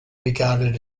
regarded